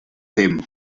fem